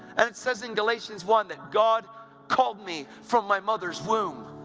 and it says in galatians one that god called me from my mother's womb.